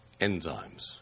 enzymes